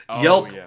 Yelp